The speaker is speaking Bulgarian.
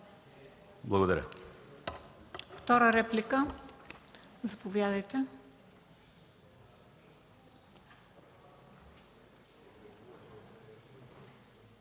Благодаря.